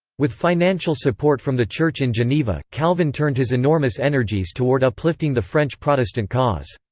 with financial support from the church in geneva, calvin turned his enormous energies toward uplifting the french protestant cause.